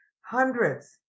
hundreds